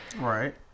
Right